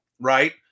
right